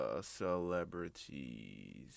celebrities